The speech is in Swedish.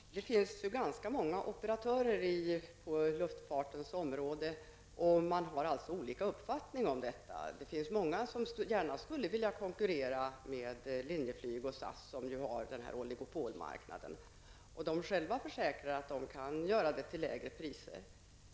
Herr talman! Det finns ju ganska många operatörer på luftfartens område, och de har olika uppfattning om detta. Det finns många som gärna skulle vilja konkurrera med Linjeflyg och SAS, som ju nu har denna oligopolmarknad. Dessa försäkrar själva att de skulle kunna flyga till lägre priser.